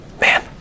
Man